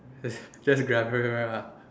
just just Grab everywhere lah